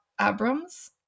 Abrams